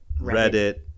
Reddit